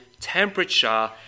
temperature